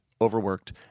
overworked